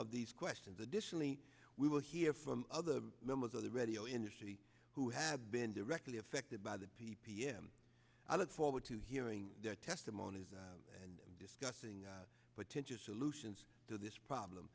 of these questions additionally we will hear from other members of the radio industry who have been directly affected by the p p m i look forward to hearing their testimony and discussing potential solutions to this problem